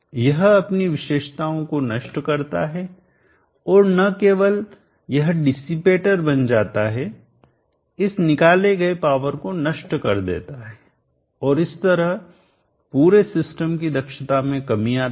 यह अपनी विशेषताओं को नष्ट करता है और न केवल यह डिसिपेटर बन जाता है इस निकाले गए पावर को नष्ट कर देता है और इस तरह पूरे सिस्टम की दक्षता में कमी आती है